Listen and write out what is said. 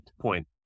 point